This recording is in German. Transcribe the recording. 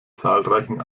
zahlreichen